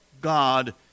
God